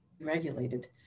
regulated